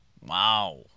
Wow